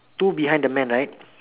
two behind the man right